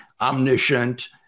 omniscient